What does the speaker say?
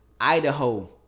idaho